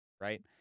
Right